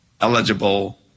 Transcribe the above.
eligible